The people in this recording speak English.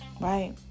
Right